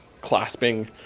clasping